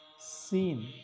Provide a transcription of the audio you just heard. seen